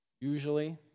usually